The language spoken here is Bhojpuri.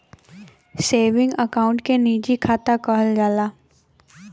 सेवींगे अकाउँट के निजी खाता कहल जाला